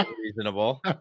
reasonable